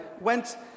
went